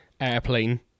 Airplane